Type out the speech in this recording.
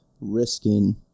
risking